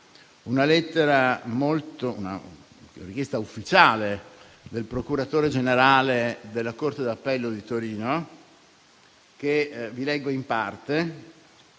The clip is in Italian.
due giorni fa una richiesta ufficiale del procuratore generale della corte d'appello di Torino, che vi leggo in parte